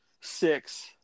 six